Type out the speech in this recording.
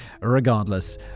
regardless